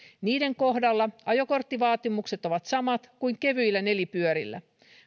niiden kohdalla ajokorttivaatimukset ovat samat kuin kevyillä nelipyörillä